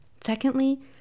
Secondly